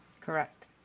correct